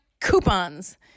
coupons